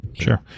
sure